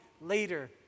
later